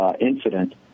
incident